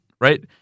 right